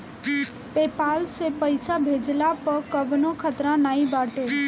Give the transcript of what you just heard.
PayPal से पईसा भेजला पअ कवनो खतरा नाइ बाटे